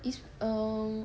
izz err